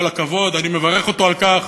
כל הכבוד, אני מברך אותו על כך.